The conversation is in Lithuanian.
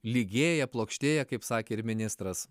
lygėja plokštėja kaip sakė ir ministras